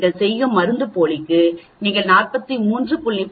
நீங்கள் செய்யும் மருந்துப்போலிக்கு நீங்கள் 43